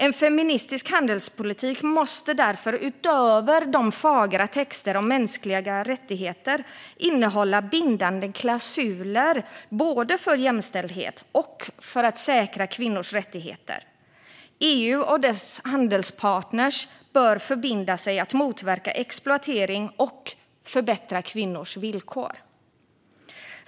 En feministisk handelspolitik måste därför utöver fagra texter om mänskliga rättigheter innehålla bindande klausuler både för jämställdhet och för att säkra kvinnors rättigheter. EU och dess handelspartner bör förbinda sig att motverka exploatering och att förbättra kvinnors villkor.